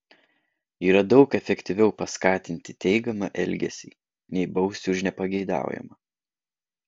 yra daug efektyviau paskatinti teigiamą elgesį nei bausti už nepageidaujamą